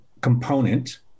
component